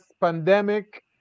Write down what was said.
pandemic